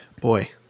boy